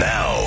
Now